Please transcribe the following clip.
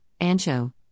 ancho